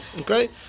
okay